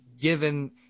given